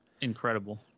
Incredible